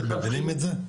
אתם מבינים את זה?